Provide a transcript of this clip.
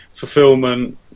fulfillment